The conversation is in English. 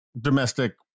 domestic